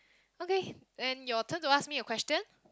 okay then your turn to ask me a question